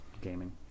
gaming